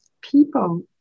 People